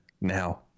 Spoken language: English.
now